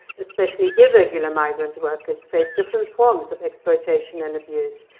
especially irregular migrant workers, face different forms of exploitation and abuse.